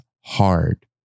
hard